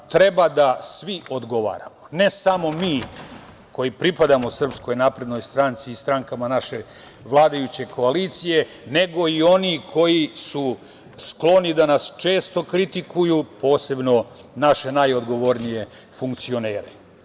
Treba da svi odgovaramo, ne samo mi koji pripadamo SNS i strankama naše vladajuće koalicije, nego i oni koji su skloni da nas često kritikuju, posebno naše najodgovornije funkcionere.